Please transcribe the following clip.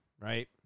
right